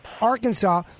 Arkansas